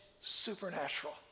supernatural